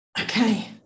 okay